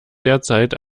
derzeit